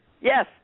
Yes